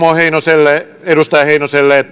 edustaja heinoselle